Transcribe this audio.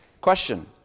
question